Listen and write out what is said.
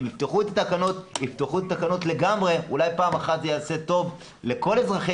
אם יפתחו את התקנות לגמרי אולי פעם אחת זה יעשה טוב לכל אזרחי